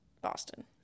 Boston